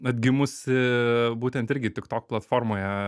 atgimusi būtent irgi tiktok platformoje